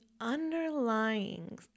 underlying